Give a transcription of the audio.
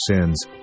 sins